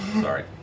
Sorry